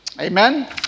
Amen